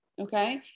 okay